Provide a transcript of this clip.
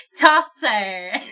Tosser